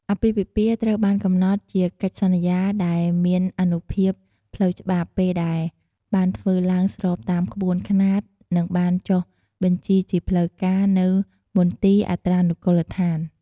អាពាហ៍ពិពាហ៍ត្រូវបានកំណត់ជាកិច្ចសន្យាដែលមានអានុភាពផ្លូវច្បាប់ ពេលដែលបានធ្វើឡើងស្របតាមក្បួនខ្នាត និងបានចុះបញ្ជីជាផ្លូវការនៅ មន្ទីរអត្រានុកូលដ្ឋាន។